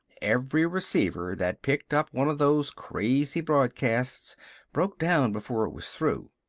every receiver that picked up one of those crazy broadcasts broke down before it was through.